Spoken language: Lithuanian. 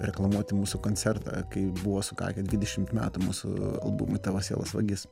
reklamuoti mūsų koncertą kai buvo sukakę dvidešim metų mūsų albumui tavo sielos vagis